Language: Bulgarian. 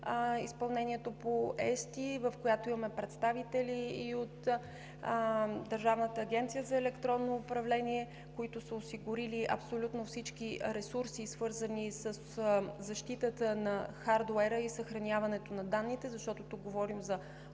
изпълнението по ЕСТИ, в която имаме представители и от Държавната агенция за електронно управление, които са осигурили абсолютно всички ресурси, свързани със защитата на хардуера и съхраняването на данните – защото тук говорим за